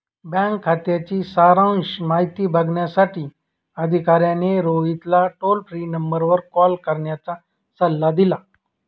bank खात्याची सारांश माहिती बघण्यासाठी अधिकाऱ्याने रोहितला टोल फ्री नंबरवर कॉल करण्याचा सल्ला दिला